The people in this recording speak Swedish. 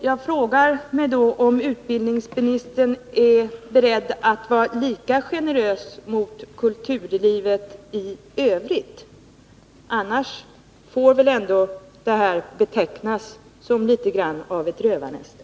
Jag frågar mig då om utbildningsministern är beredd att vara lika generös mot kulturlivet i övrigt. Annars får väl ändå det här betecknas som litet grand av ett rövarnäste.